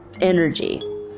energy